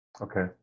okay